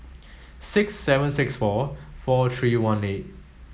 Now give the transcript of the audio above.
six seven six four four three one eight